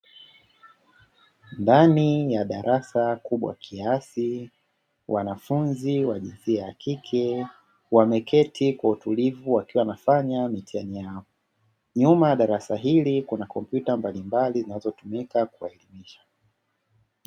Ndani ya darasa kubwa kiasi, wanafunzi wa jinsia ya kike wameketi kwa utulivu wakiwa wanafanya mitihani yao. Nyuma ya darasa hili kuna kompyuta mbalimbali zinazotumika kuwaelimisha.